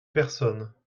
personne